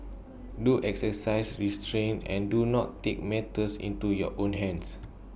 do exercise restraint and do not take matters into your own hands